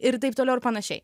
ir taip toliau ir panašiai